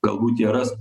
galbūt jie ras